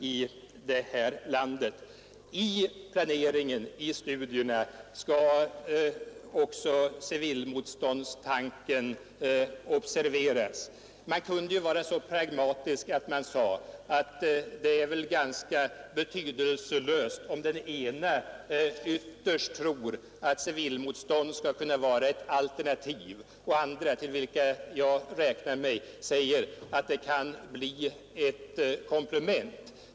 I den planeringen och de studierna skall också civilmotståndstanken observeras. Man kunde vara så pragmatisk att man sade att det är betydelselöst om några ytterst tror att civilmotstånd kan vara ett alternativ och andra, till vilka jag räknar mig, att det kan bli ett komplement.